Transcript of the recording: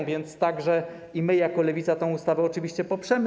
A więc także my jako Lewica tę ustawę oczywiście poprzemy.